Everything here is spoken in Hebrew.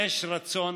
יש רצון,